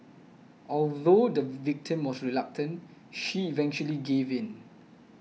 although the victim was reluctant she eventually gave in